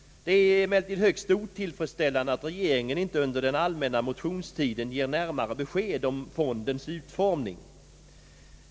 Det är emellertid högst otillfredsställande att regeringen inte under den allmänna motionstiden ger närmare besked om fondens utformning.